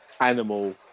animal